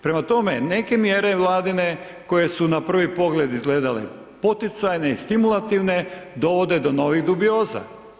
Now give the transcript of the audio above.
Prema tome, neke mjere Vladine koje su na prvi pogled izgledale poticajne i stimulativne dovode do novih dubioza.